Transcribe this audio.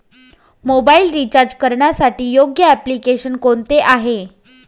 Mobile recharge करण्यासाठी योग्य application कोणते आहे?